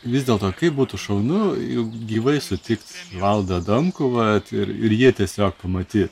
vis dėlto kaip būtų šaunu juk gyvai sutikti valdą adamkų va ir jį tiesiog pamatyt